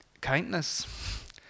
kindness